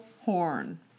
horn